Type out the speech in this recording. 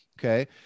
Okay